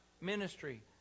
ministry